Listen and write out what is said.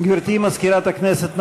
גברתי מזכירת הכנסת,